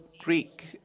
Greek